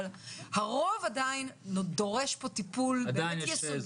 אבל הרוב עדיין דורש פה טיפול יסודי.